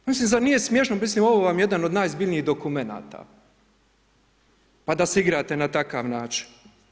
Pa mislim, zar nije smiješno, mislim ovo vam je jedan od najozbiljnijih dokumenata, pa da se igrate na takav način.